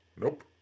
nope